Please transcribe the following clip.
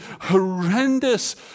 horrendous